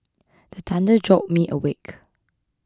the thunder jolt me awake